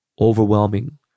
overwhelming